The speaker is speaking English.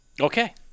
Okay